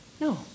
No